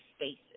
spaces